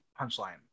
punchline